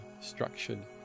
structured